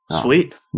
Sweet